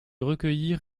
recueillir